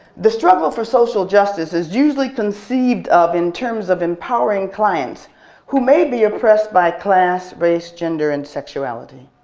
the struggle for social justice is usually conceived of in terms of empowering clients who may be oppressed by class, race, gender, and sexuality.